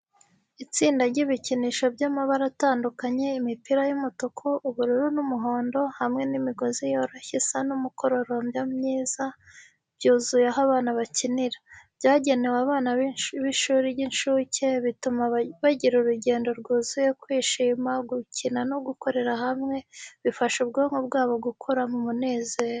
Itsinda ry’ibikinisho by’amabara atandukanye, imipira y’umutuku, ubururu n’umuhondo, hamwe n’imigozi yoroshye isa n’umukororombya myiza, byuzuye aho abana bakinira. Byagenewe abana b’ishuri ry’incuke, bituma bagira urugendo rwuzuye kwishima, gukina no gukorera hamwe, bifasha ubwonko bwabo gukura mu munezero.